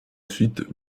suite